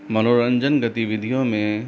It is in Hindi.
मनोरंजन गतिविधियो में